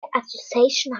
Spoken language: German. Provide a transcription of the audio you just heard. association